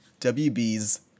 WB's